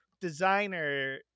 designer